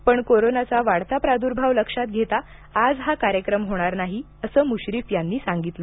पण कोरोनाचा वाढता प्राद्र्भाव लक्षात घेता आज हा कार्यक्रम होणार नाही असं मूश्रीफ यांनी सांगितलं